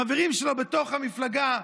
החברים שלו בתוך המפלגה,